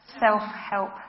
self-help